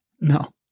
No